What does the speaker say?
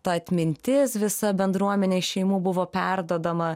ta atmintis visa bendruomenė iš šeimų buvo perduodama